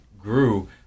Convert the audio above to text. grew